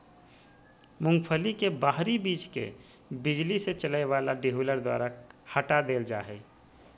मूंगफली के बाहरी बीज के बिजली से चलय वला डीहुलर द्वारा हटा देल जा हइ